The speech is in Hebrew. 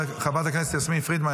חברת הכנסת יסמין פרידמן,